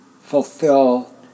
fulfill